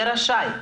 דברים יהיה רשאי,